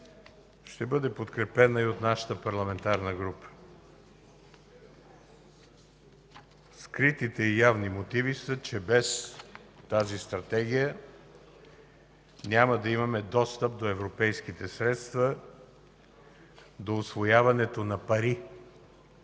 Ще бъде подкрепена и от нашата парламентарна група. Скритите и явни мотиви са, че без тази Стратегия няма да имаме достъп до европейските средства, до усвояването на пари.